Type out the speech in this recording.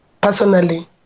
personally